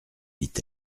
dit